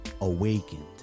awakened